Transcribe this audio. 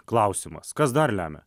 klausimas kas dar lemia